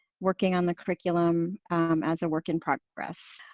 working on the curriculum as a work in progress.